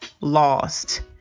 lost